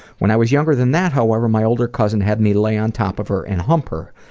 when i was younger than that, however my older cousin had me lay on top of her and hump her.